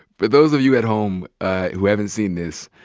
for those of you at home who haven't seen this,